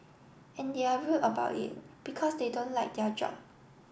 and they're rude about it because they don't like their job